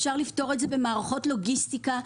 אפשר לפתור את זה במערכות לוגיסטיקה,